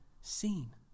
seen